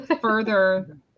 further